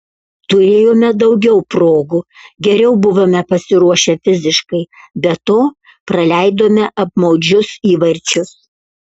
turėjome daugiau progų geriau buvome pasiruošę fiziškai be to praleidome apmaudžius įvarčius